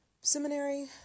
seminary